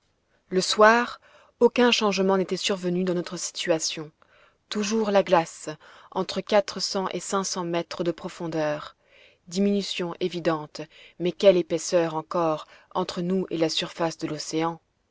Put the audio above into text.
le soir aucun changement n'était survenu dans notre situation toujours la glace entre quatre cents et cinq cents mètres de profondeur diminution évidente mais quelle épaisseur encore entre nous et la surface de l'océan